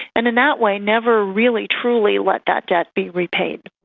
and in that way never really truly let that debt be repaid.